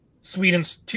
Sweden's